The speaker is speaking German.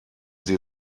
sie